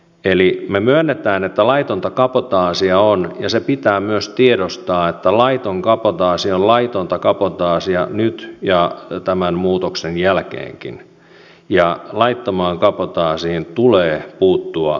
eli me myönnämme että laitonta kabotaasia on ja pitää myös tiedostaa että laiton kabotaasi on laitonta kabotaasia nyt ja tämän muutoksen jälkeenkin ja laittomaan kabotaasiin tulee puuttua voimakkaalla kädellä